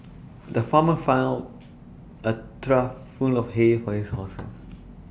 the farmer filled A trough full of hay for his horses